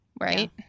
right